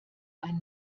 ein